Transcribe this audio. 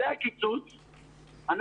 בטח ובטח שלא יקצצו את התקציב משנה קודמת, אנחנו